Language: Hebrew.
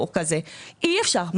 אי-אפשר.